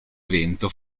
evento